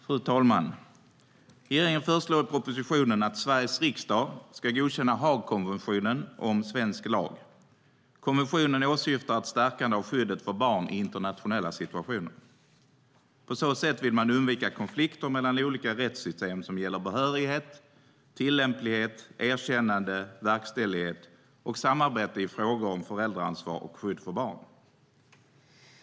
Fru talman! Regeringen föreslår i propositionen att Sveriges riksdag ska godkänna Haagkonventionen som svensk lag. Konventionen åsyftar ett stärkande av skyddet för barn i internationella situationer. På så sätt vill man undvika konflikter mellan olika rättssystem som gäller behörighet, tillämplighet, erkännande, verkställighet och samarbete i frågor om föräldraansvar och skydd för barn.